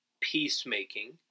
peacemaking